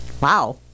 Wow